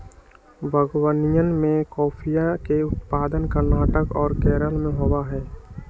बागवनीया में कॉफीया के उत्पादन कर्नाटक और केरल में होबा हई